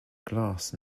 glass